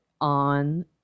on